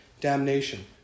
damnation